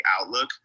outlook